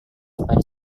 kepada